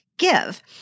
give